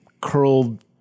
curled